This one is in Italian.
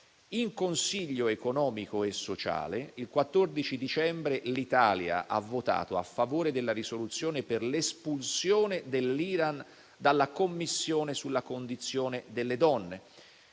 In Consiglio economico e sociale il 14 dicembre l'Italia ha votato a favore della risoluzione per l'espulsione dell'Iran dalla Commissione sulla condizione delle donne.